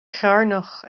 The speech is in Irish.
chearnach